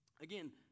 again